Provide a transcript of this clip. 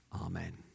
amen